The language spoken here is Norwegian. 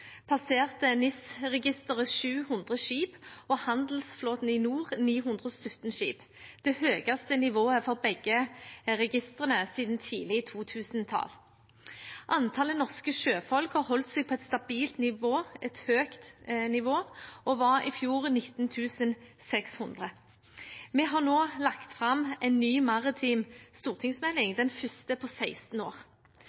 passerte NIS-registeret 700 skip og handelsflåten i NOR 917 skip, det høyeste nivået for begge registrene siden tidlig på 2000-tallet. Antallet norske sjøfolk har holdt seg på et stabilt høyt nivå og var i fjor 19 600. Vi har nå lagt fram en ny maritim stortingsmelding,